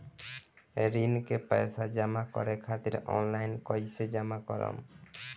ऋण के पैसा जमा करें खातिर ऑनलाइन कइसे जमा करम?